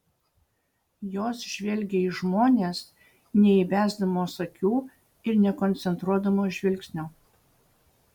jos žvelgia į žmones neįbesdamos akių ir nekoncentruodamos žvilgsnio